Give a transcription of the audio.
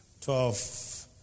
Twelve